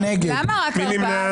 אושרו.